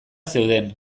zeuden